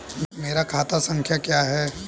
मेरा खाता संख्या क्या है?